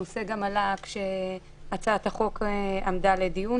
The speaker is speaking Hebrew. הנושא גם עלה כשהצעת החוק עמדה פה לדיון,